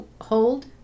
hold